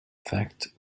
fact